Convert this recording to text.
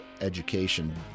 education